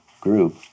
group